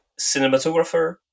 cinematographer